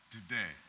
Today